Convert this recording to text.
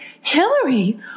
Hillary